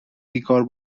بیکار